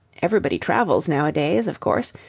everybody travels nowadays, of course,